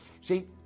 See